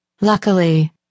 Luckily